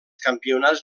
campionats